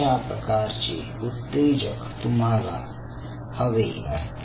अशा प्रकारचे उत्तेजक तुम्हाला हवे असते